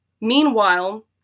Meanwhile